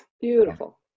beautiful